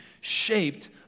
shaped